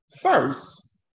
First